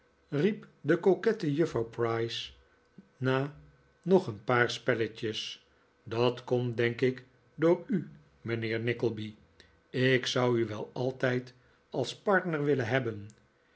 riep de coquette juffrouw price na nog een paar spelletjes dat komt denk ik door u mijnheer nickleby ik zou u wel altijd als partner willen hebben